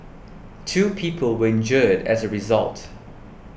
two people were injured as a result